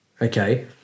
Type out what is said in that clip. Okay